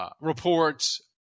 Reports